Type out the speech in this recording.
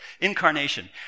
Incarnation